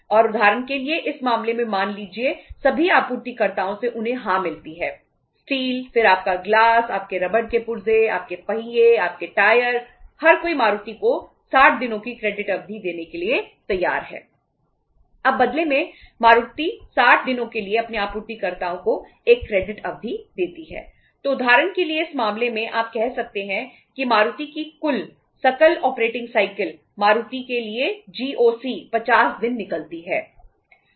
और उदाहरण के लिए इस मामले में मान लीजिए सभी आपूर्तिकर्ताओं से उन्हें हां मिलती है स्टील फिर आपका गिलास आपके रबर के पुर्जे आपके पहिए आपके टायर 50 दिन निकलती है